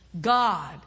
God